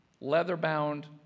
leather-bound